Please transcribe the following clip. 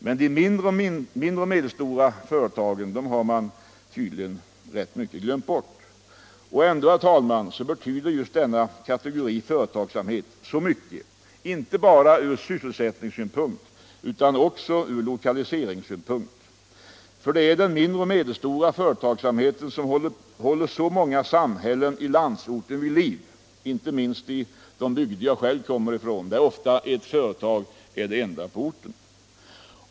Men den mindre och medelstora företagsamheten har tydligen glömts bort. Och ändå, herr talman, betyder just denna kategori av företagsamheten så mycket inte bara ur sysselsättningssynpunkt utan också ur lokaliseringssynpunkt. Det är den mindre och medelstora företagsamheten som håller så många samhällen ute i landsorten vid liv — inte minst i de bygder som jag själv kommer ifrån, där ofta ett företag är det enda på orten.